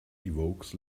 evokes